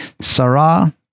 sarah